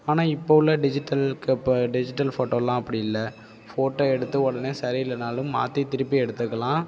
ஆனால் இப்போ உள்ள டிஜிட்டலுக்கு அப்போ டிஜிட்டல் ஃபோட்டோலாம் அப்படி இல்லை ஃபோட்டோ எடுத்து உடனே சரியில்லைன்னாலும் மாற்றி திருப்பி எடுத்துக்கெல்லாம்